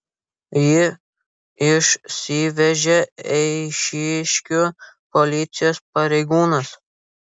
jį išsivežė eišiškių policijos pareigūnas